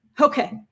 Okay